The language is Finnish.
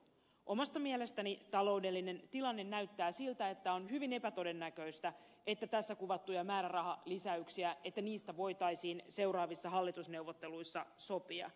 omasta mielestäni taloudellinen tilanne näyttää siltä että on hyvin epätodennäköistä että tässä kuvatuista määrärahalisäyksistä voitaisiin seuraavissa hallitusneuvotteluissa sopia